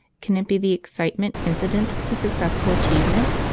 can it be the excitement incident to successful achievement?